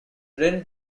rain